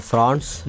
France